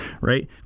right